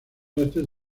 artes